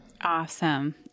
Awesome